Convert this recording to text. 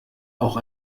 auch